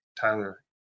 Tyler